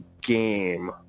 game